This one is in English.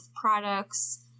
products